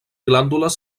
glàndules